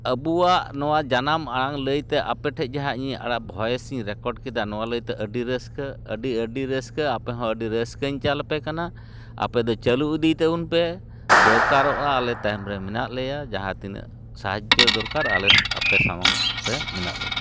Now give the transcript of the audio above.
ᱟᱵᱚᱣᱟᱜ ᱱᱚᱣᱟ ᱡᱟᱱᱟᱢ ᱟᱲᱟᱝ ᱞᱟᱹᱭ ᱛᱮ ᱟᱯᱮᱴᱷᱮᱱ ᱡᱟᱦᱟᱸ ᱤᱧ ᱚᱱᱟ ᱵᱷᱚᱭᱮᱥᱤᱧ ᱨᱮᱠᱚᱨᱰ ᱠᱮᱫᱟ ᱱᱚᱣᱟ ᱞᱟᱹᱭᱛᱮ ᱟᱹᱰᱤ ᱨᱟᱹᱥᱠᱟᱹ ᱟᱹᱰᱤ ᱟᱹᱰᱤ ᱨᱟᱹᱥᱠᱟᱹ ᱟᱯᱮ ᱦᱚᱸ ᱟᱹᱰᱤ ᱨᱟᱹᱥᱠᱟᱹᱧ ᱪᱟᱞ ᱟᱯᱮ ᱠᱟᱱᱟ ᱟᱯᱮ ᱫᱚ ᱪᱟᱞᱩ ᱤᱫᱤᱭ ᱛᱟᱵᱚᱱ ᱯᱮ ᱫᱚᱨᱠᱟᱨᱚᱜᱼᱟ ᱟᱞᱮ ᱛᱟᱭᱚᱢᱨᱮ ᱢᱮᱱᱟᱜ ᱞᱮᱭᱟ ᱡᱟᱦᱟᱸ ᱛᱤᱱᱟᱹᱜ ᱥᱟᱦᱟᱡᱡᱳ ᱫᱚᱨᱠᱟᱨᱚᱜᱼᱟ ᱟᱞᱮ ᱟᱯᱮ ᱥᱟᱝ ᱨᱮ ᱢᱮᱱᱟᱜ ᱞᱮᱭᱟ